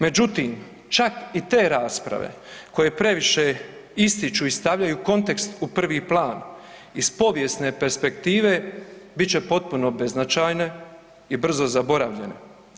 Međutim, čak i te rasprave koje previše ističu i stavljaju kontekst u prvi plan iz povijesne perspektive bit će potpuno beznačajne i brzo zaboravljene.